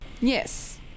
Yes